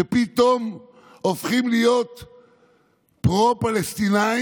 שפתאום הופכים להיות פרו-פלסטינים?